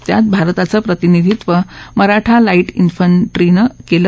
त्यात भारताचं प्रतिनिधीत्व मराठा लाईट उंफन्ट्रीनं केलं